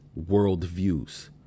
worldviews